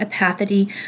apathy